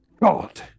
God